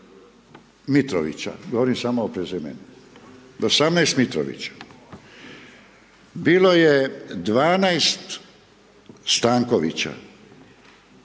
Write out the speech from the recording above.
Mitrovića, govorim samo o prezimenima, 18 Mitrovića, bilo je 12 Stankovića,